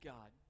God